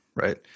Right